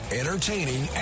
entertaining